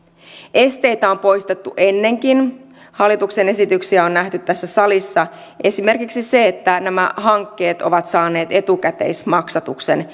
esteitä on poistettu ennenkin hallituksen esityksiä on nähty tässä salissa esimerkiksi se että nämä hankkeet ovat saaneet etukäteismaksatuksen